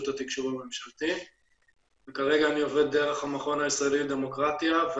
התקשוב הממשלתי וכרגע אני עובד דרך המכון הישראלי לדמוקרטיה.